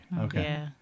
Okay